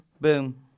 Boom